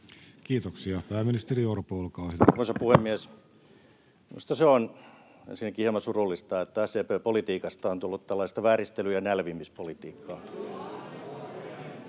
sd) Time: 16:14 Content: Arvoisa puhemies! Minusta se on ensinnäkin hieman surullista, että SDP:n politiikasta on tullut tällaista vääristely- ja nälvimispolitiikkaa.